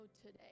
today